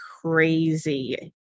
crazy